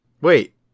Wait